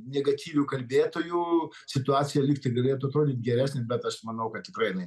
negatyvių kalbėtojų situacija lygtai galėtų atrodyt geresnė bet aš manau kad tikrai jinai